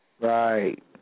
Right